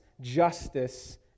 justice